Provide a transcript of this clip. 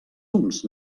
uns